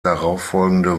darauffolgende